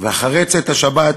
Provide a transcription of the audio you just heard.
ואחרי צאת השבת